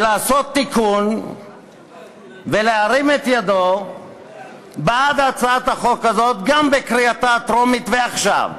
לעשות תיקון ולהרים את ידו בעד הצעת החוק הזאת גם בקריאה הטרומית עכשיו,